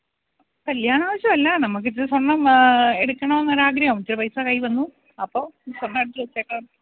കല്യാണ ആവശ്യമല്ല നമുക്ക് ഇച്ചിരി സ്വർണം വേണം എടുക്കണമെന്നൊരു ആഗ്രഹം ചെറിയ പൈസ കയ്യിൽ വന്നു അപ്പോൾ സ്വർണം എടുത്തു വച്ചേക്കാം